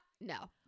No